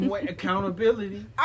accountability